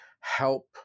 help